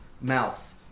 mouth